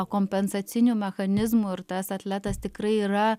kompensacinių mechanizmų ir tas atletas tikrai yra